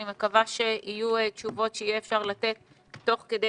אני מקווה שיהיו תשובות שיהיה אפשר לתת תוך כדי